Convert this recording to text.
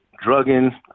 drugging